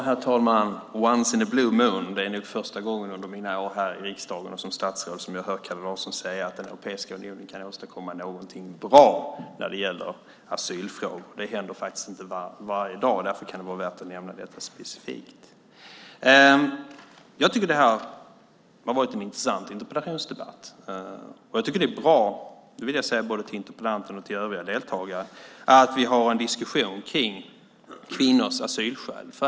Herr talman! Once in a blue moon - det är nog första gången under mina år här i riksdagen och som statsråd som jag har hört Kalle Larsson säga att Europeiska unionen kan åstadkomma någonting bra när det gäller asylfrågor. Det händer faktiskt inte varje dag, och därför kan det vara värt att nämna detta specifikt. Jag tycker att det här har varit en intressant interpellationsdebatt, och jag tycker att det är bra - det vill jag säga till både interpellanten och övriga deltagare - att vi har en diskussion om kvinnors asylskäl.